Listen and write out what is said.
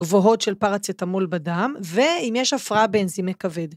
גבוהות של פאראצטמול בדם ואם יש הפרעה באנזימי כבד